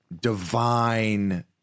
divine